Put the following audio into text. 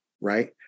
right